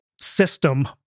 system